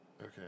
Okay